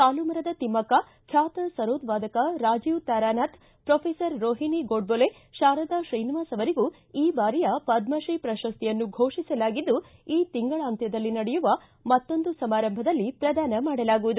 ಸಾಲುಮರದ ತಿಮ್ನಕ್ಷ ಖ್ವಾತ ಸರೋದ ವಾದಕ ರಾಜೀವ ತಾರಾನಾಥ್ ಪ್ರೋಫೆಸರ್ ರೋಹಿಣಿ ಗೋಡ್ವೋಲೆ ಶಾರದಾ ಶ್ರೀನಿವಾಸ ಅವರಿಗೂ ಈ ಬಾರಿಯ ಪದ್ಮಶ್ರೀ ಪ್ರಶಸ್ತಿಯನ್ನು ಘೋಷಿಸಲಾಗಿದ್ದು ಈ ತಿಂಗಳಾಂತ್ವದಲ್ಲಿ ನಡೆಯುವ ಮತ್ತೊಂದು ಸಮಾರಂಭದಲ್ಲಿ ಪ್ರದಾನ ಮಾಡಲಾಗುವುದು